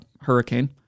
hurricane